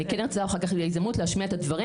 אני כן ארצה אחר כך להשמיע את הדברים